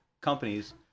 companies